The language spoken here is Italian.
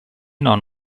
non